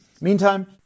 Meantime